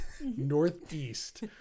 northeast